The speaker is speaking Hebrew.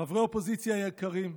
חברי אופוזיציה יקרים,